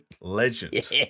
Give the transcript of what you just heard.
legend